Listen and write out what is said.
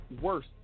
worse